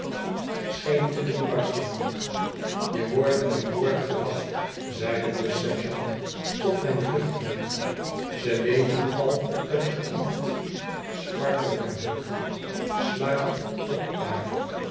scheen te doen barsten je wordt aan boord gewacht zeide de sergeant tot mijn vluchteling ze weten al dat je komt spartel maar niet sluit op daar